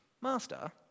Master